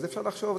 אז אפשר לחשוב,